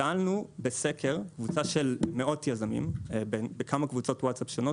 שאלנו בסקר קבוצה של מאות יזמים בכמה קבוצות וואטסאפ שונות,